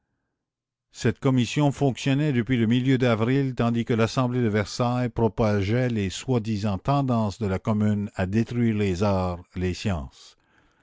cette commission fonctionnait depuis le milieu d'avril tandis que l'assemblée de versailles propageait les soi-disant tendances de la commune à détruire les arts les sciences